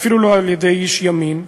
אפילו לא על-ידי איש ימין.